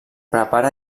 prepara